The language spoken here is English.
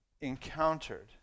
encountered